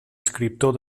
escriptor